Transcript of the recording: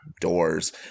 doors